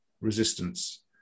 resistance